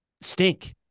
Stink